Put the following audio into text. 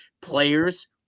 Players